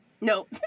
Nope